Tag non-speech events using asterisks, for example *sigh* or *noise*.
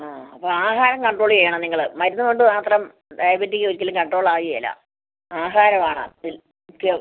ആ അപ്പോൾ ആഹാരം കൺട്രോള് ചെയ്യണം നിങ്ങൾ മരുന്ന് കൊണ്ട് മാത്രം ഡയബറ്റിക് ഒരിക്കലും കൺട്രോൾ ആകുകയില്ല ആഹാരം ആണ് *unintelligible*